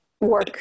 work